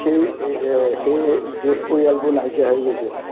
সেই সেই যৌথ পৰিয়ালবোৰ নাইকিয়া হৈ গৈছে